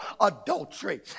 adultery